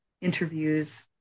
interviews